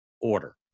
order